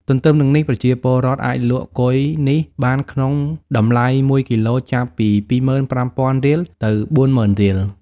ទន្ទឹមនឹងនេះ ប្រជាពលរដ្ឋអាចលក់គុយនេះបានក្នុងតម្លៃ ១គីឡូ ចាប់ពី ២៥០០០រៀល ទៅ៤០០០០ រៀល។